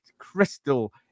crystal